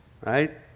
right